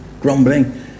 grumbling